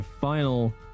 final